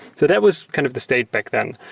that was kind of the state back then.